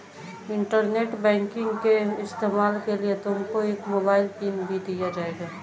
internet banking के इस्तेमाल के लिए तुमको एक मोबाइल पिन भी दिया जाएगा